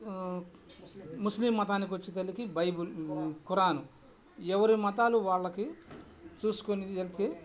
ముస్లిం మతానికి వచ్చేసరికి Bible Quran ఎవరి మతాలు వాళ్ళకి చూసుకొని వెళ్తే